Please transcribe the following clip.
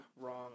wrong